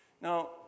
Now